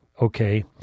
Okay